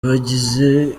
bagize